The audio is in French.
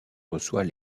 reçoit